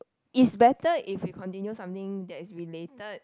it's better if we continue something that's related